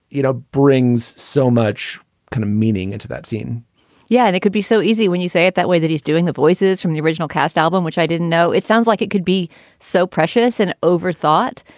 you know, brings so much kind of meaning into that scene yeah. and it could be so easy when you say it that way that he's doing the voices from the original cast album, which i didn't know. it sounds like it could be so precious and overthought.